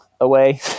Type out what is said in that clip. away